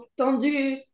tendu